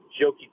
jokey